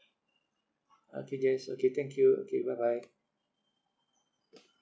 okay jess okay thank you okay bye bye